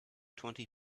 twenty